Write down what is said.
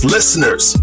Listeners